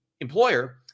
employer